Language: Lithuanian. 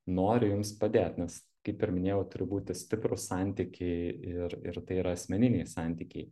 nori jums padėt nes kaip ir minėjau turi būti stiprūs santykiai ir ir tai yra asmeniniai santykiai